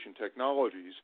technologies